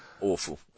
awful